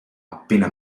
appena